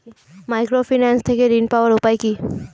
Microfinance থেকে ঋণ পাওয়ার উপায় কি?